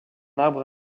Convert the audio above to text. arbre